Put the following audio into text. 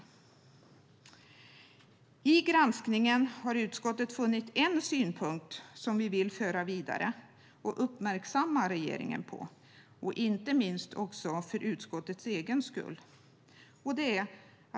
Under granskningen har utskottet kommit fram till en synpunkt som vi vill föra vidare och uppmärksamma regeringen på, inte minst för utskottets egen skull.